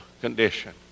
condition